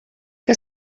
que